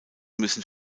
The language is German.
müssen